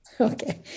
Okay